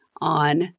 on